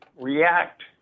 react